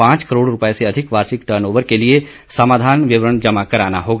पांच करोड़ रुपये से अधिक वार्षिक टर्न ओवर के लिये समाधान विवरण जमा कराना होगा